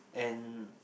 and